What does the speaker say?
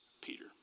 Peter